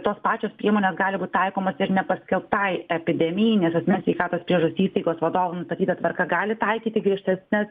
tos pačios priemonės gali būti taikomos ir nepaskelbtai epidemijai nes asmens sveikatos priežiūros įstaigos vadovam nustatyta tvarka gali taikyti griežtesnes